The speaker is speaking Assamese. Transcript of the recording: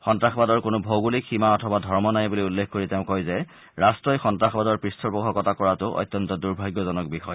সন্তাসবাদৰ কোনো ভৌগোলিক সীমা অথবা ধৰ্ম নাই বুলি উল্লেখ কৰি তেওঁ কয় যে ৰাট্টই সন্ত্ৰাসবাদৰ পৃষ্ঠপোষকতা কৰাটো অত্যন্ত দুৰ্ভাগ্যজনক বিষয়